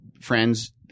friends